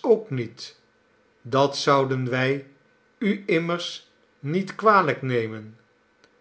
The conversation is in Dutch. ook niet dat zouden zij u immers niet kwalijk nemen